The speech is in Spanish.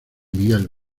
miguel